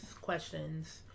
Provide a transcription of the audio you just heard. questions